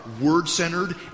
word-centered